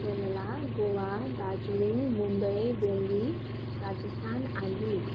केरला गोवा दार्जिलिङ मुम्बई दिल्ली राजस्थान आदि